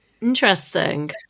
Interesting